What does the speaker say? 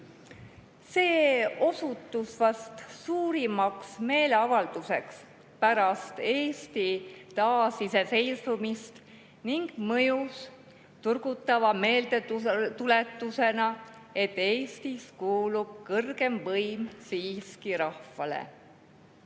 See osutus vast suurimaks meeleavalduseks pärast Eesti taasiseseisvumist ning mõjus turgutava meeldetuletusena, et Eestis kuulub kõrgem võim siiski rahvale. Taavi